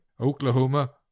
Oklahoma